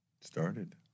started